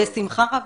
בשמחה רבה.